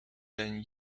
than